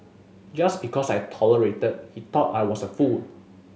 just because I tolerated he thought I was a fool